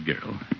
girl